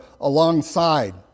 alongside